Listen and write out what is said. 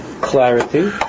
clarity